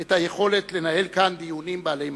את היכולת לנהל כאן דיונים בעלי משמעות.